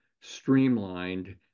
streamlined